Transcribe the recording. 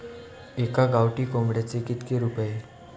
एका गावठी कोंबड्याचे कितके रुपये?